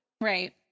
Right